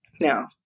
Now